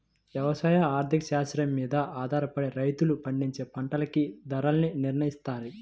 యవసాయ ఆర్థిక శాస్త్రం మీద ఆధారపడే రైతులు పండించే పంటలకి ధరల్ని నిర్నయిత్తారు